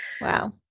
Wow